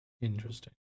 Interesting